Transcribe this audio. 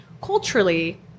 culturally